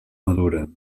madura